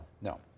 no